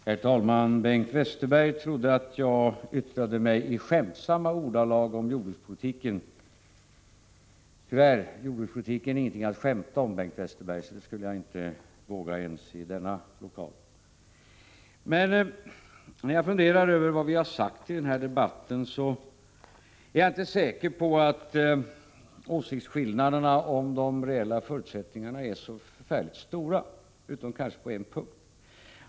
Herr talman! Bengt Westerberg trodde att jag yttrade mig i skämtsamma ordalag om jordbrukspolitiken. Tyvärr — jordbrukspolitiken är ingenting att skämta om, Bengt Westerberg, så det skulle jag inte våga göra ens i denna lokal. Men när jag funderar över vad vi har sagt i den här debatten, så är jag inte säker på att åsiktsskillnaderna i fråga om de reella förutsättningarna är så förfärligt stora, utom kanske på en punkt.